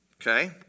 okay